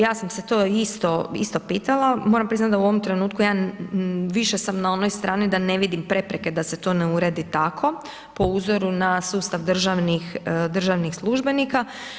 Ja sam se to isto, isto pitala, moram priznat da u ovom trenutku ja, više sam na onoj strani da ne vidim prepreke da se to ne uredi tako po uzoru na sustav državnih, državnih službenika.